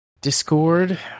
Discord